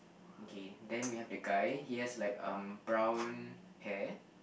K then we have the guy he has like um brown hair